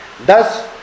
Thus